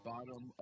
Bottom